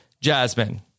Jasmine